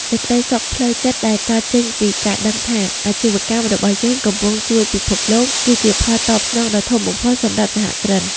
សេចក្ដីសុខផ្លូវចិត្តដែលកើតចេញពីការដឹងថា អាជីវកម្មរបស់យើងកំពុងជួយពិភពលោក គឺជាផលតបស្នងដ៏ធំបំផុតសម្រាប់សហគ្រិន។